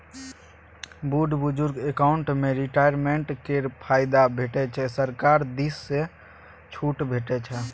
बुढ़ बुजुर्ग अकाउंट मे रिटायरमेंट केर फायदा भेटै छै सरकार दिस सँ छुट भेटै छै